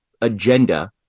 agenda